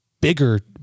bigger